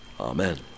Amen